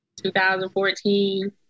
2014